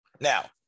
Now